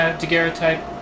daguerreotype